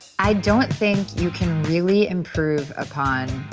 i don't think you can really improve upon.